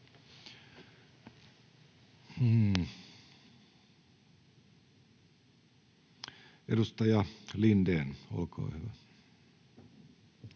Edustaja Lindén, olkaa hyvä.